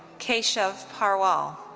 keshav parwal.